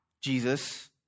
Jesus